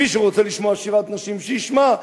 מי שרוצה לשמוע שירת נשים, שישמע.